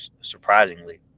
surprisingly